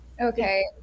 okay